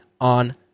on